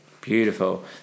Beautiful